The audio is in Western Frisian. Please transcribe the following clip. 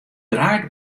draait